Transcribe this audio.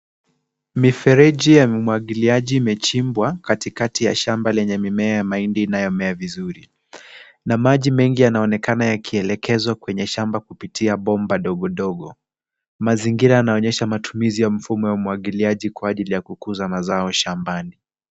Mifereji ya umwagiliaji imechimbwa katikati ya shamba lenye mimea ya mahindi inayomea vizuri na maji mengi yanaonekana yakielekezwa kwenye shamba kupitia bomba dogo dogo. Mazingira yanaonyesha matumizi ya mfumo ya umwagiliaji kwa ajili ya kukuza mazao shambani.